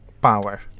power